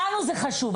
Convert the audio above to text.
לנו זה חשוב.